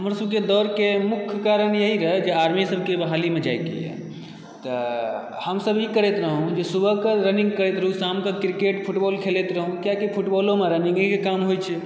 हमर सभकेँ दौड़के मुख्य कारण यही रहय जे आर्मी सभकेँ बहालीमे जायकेए तऽ हमसभ ई करैत रहहुँ जे सुबहके रन्निंग करैत रहहुँ शामके क्रिकेट फुटबॉल खेलैत रहहुँ किआकि फूटबालमे रन्निंगेके काम होइत छै